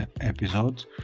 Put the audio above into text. episode